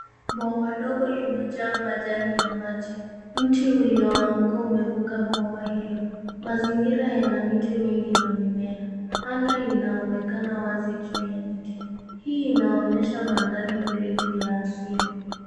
Bwawa dogo limejaa majani ya maji. Mti ulioanguka umevuka bwawa hilo. Mazingira yana miti mingi na mimea, anga linaonekana wazi juu ya miti, hii inaonyesha mandhari tulivu ya asili.